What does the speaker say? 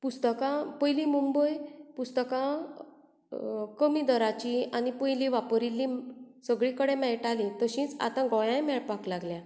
पुस्तकां पयलीं मुंबय पुस्तकां कमी दराचीं आनी पयलीं वापरिल्लीं सगळे कडेन मेळटालीं तशींच आतां गोंया मेळपाक लागल्यांत